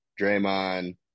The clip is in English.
Draymond